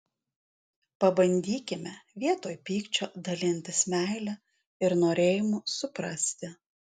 pabandykime vietoj pykčio dalintis meile ir norėjimu suprasti